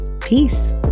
Peace